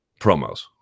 promos